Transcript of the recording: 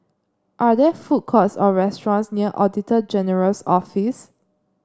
are there food courts or restaurants near Auditor General's Office